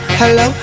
hello